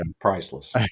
priceless